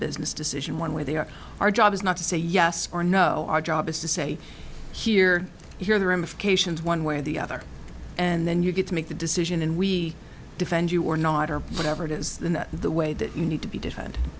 business decision one where they are our job is not to say yes or no our job is to say here here the ramifications one way or the other and then you get to make the decision and we defend you or not or whatever it is in the way that you need to be de